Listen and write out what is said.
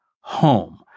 home